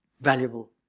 valuable